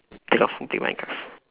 who play minecraft